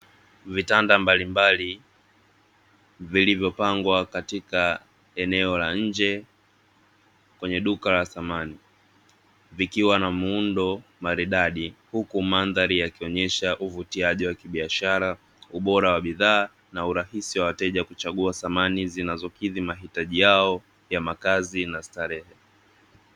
Vitanda mbalimbali vilivyopangwa katika eneo la nje kwenye duka la samani vikiwa na muundo maridadi huku mandhari yakionyesha uvutiaji wa kibiashara ubora wa bidhaa na urahisi wa wateja kuchagua samani zinazokidhi mahitaji yao ya makazi na starehe.